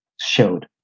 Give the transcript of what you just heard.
showed